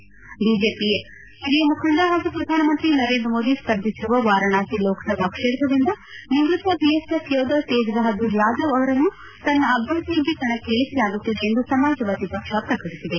ಹಿರಿಯ ಬಿಜೆಪಿ ಮುಖಂಡ ಪಾಗೂ ಪ್ರಧಾನಮಂತ್ರಿ ನರೇಂದ್ರ ಮೋದಿ ಸ್ಪರ್ಧಿಸಿರುವ ವಾರಾಣಸಿ ಲೋಕಸಭಾ ಕ್ಷೇತ್ರದಿಂದ ನಿವೃತ್ತ ಬಿಎಸ್ಎಫ್ ಯೋಧ ತೇಜ್ಬಹ್ದೂರ್ ಯಾದವ್ ಅವರನ್ನು ತನ್ನ ಅಭ್ಯರ್ಥಿಯಾಗಿ ಕಣಕ್ಕೆ ಇಳಿಸಲಾಗುತ್ತಿದೆ ಎಂದು ಸಮಾದವಾದಿ ಪಕ್ಷ ಪ್ರಕಟಿಸಿದೆ